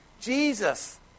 Jesus